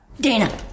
Dana